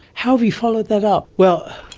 how have you followed that up? well,